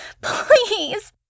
Please